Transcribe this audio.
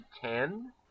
ten